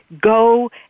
go